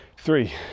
three